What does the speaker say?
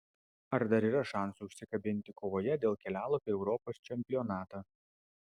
ar dar yra šansų užsikabinti kovoje dėl kelialapio į europos čempionatą